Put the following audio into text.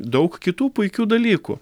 daug kitų puikių dalykų